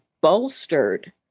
bolstered